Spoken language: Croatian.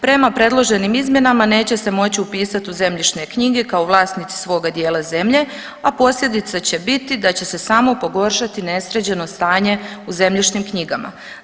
Prema predloženim izmjenama neće se moć upisat u zemljišne knjige kao vlasnici svoga dijela zemlje, a posljedice će biti da će se samo pogoršati nesređeno stanje u zemljišnim knjigama.